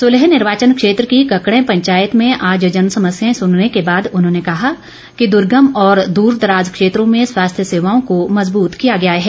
सुलह निर्वाचन क्षेत्र की कक्कडैं पंचायत में आज जनसमस्याएं सुनने के बाद उन्होंने कहा कि दुर्गम और दूरदराज क्षेत्रों में स्वास्थ्य सेवाओं को मजबूत किया गया है